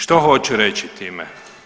Što hoću reći time?